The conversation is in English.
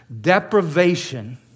Deprivation